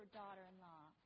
daughter-in-law